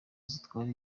zitwara